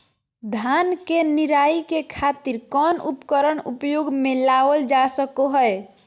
धान के निराई के खातिर कौन उपकरण उपयोग मे लावल जा सको हय?